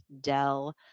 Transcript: Dell